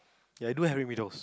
okay I do have remedials